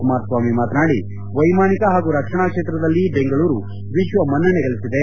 ಕುಮಾರಸ್ವಾಮಿ ಮಾತನಾಡಿ ವೈಮಾನಿಕ ಹಾಗೂ ರಕ್ಷಣಾ ಕ್ಷೇತ್ರದಲ್ಲಿ ಬೆಂಗಳೂರು ವಿಶ್ವ ಮನ್ನಣೆ ಗಳಿಸಿದೆ